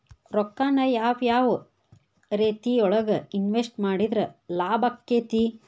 ರೊಕ್ಕಾನ ಯಾವ ಯಾವ ರೇತಿಯೊಳಗ ಇನ್ವೆಸ್ಟ್ ಮಾಡಿದ್ರ ಲಾಭಾಕ್ಕೆತಿ?